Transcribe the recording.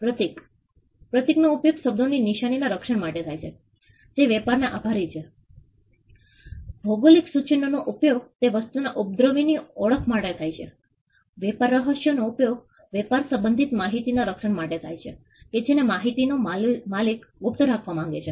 પ્રતીક પ્રતીક નો ઉપયોગ શબ્દોની નિશાનીના રક્ષણ માટે થાય છે જે વેપારને આભારી હોય છે ભૌગોલિક સૂચનો નો ઉપયોગ તે વાસ્તુના ઉદ્ભવ ની ઓળખ માટે થાય છે વેપાર રહસ્યો નો ઉપયોગ વેપાર સંબંધિત માહિતીના રક્ષણ માટે થાય છે કે જેને માહિતીનો મલિક ગુપ્ત રાખવા માંગે છે